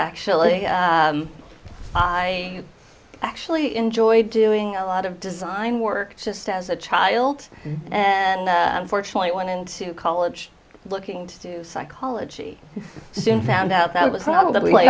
actually i actually enjoyed doing a lot of design work just as a child and unfortunately i went into college looking to do psychology soon found out that i was probably